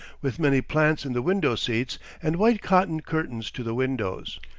with many plants in the window-seats, and white cotton curtains to the windows.